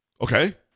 Okay